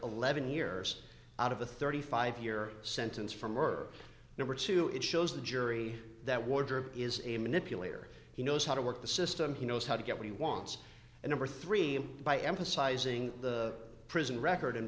eleven years out of the thirty five year sentence for murder number two it shows the jury that wardrobe is a manipulator he knows how to work the system he knows how to get what he wants and number three by emphasizing the prison record and